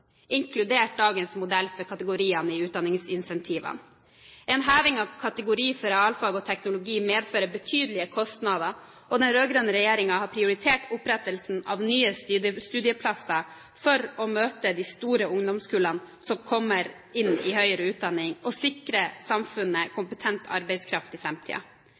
En heving av kategori for realfag og teknologi medfører betydelige kostnader, og den rød-grønne regjeringen har prioritert opprettelsen av nye studieplasser for å møte de store ungdomskullene som kommer inn i høyere utdanning, og sikre samfunnet kompetent arbeidskraft i